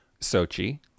Sochi